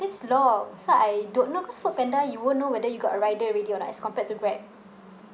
that's long so I don't know cause foodpanda you won't know whether you got a rider already or not as compared to grab